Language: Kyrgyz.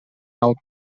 алып